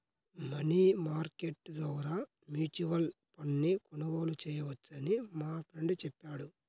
money market ద్వారా mutual ఫండ్ను కొనుగోలు చేయవచ్చని మా ఫ్రెండు చెప్పాడు